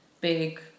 big